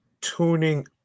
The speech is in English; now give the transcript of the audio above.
tuning